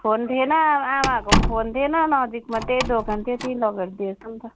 phone थिएन आमाहरूको पनि फोन थिएन नजिकमा त्यही दोकान थियो त्यहीँ लगेर दिएछ नि त